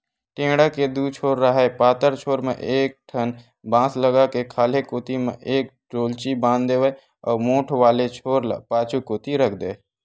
टेंड़ा के दू छोर राहय पातर छोर म एक ठन बांस लगा के खाल्हे कोती म एक डोल्ची बांध देवय अउ मोठ वाले छोर ल पाछू कोती रख देय